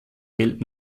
gelten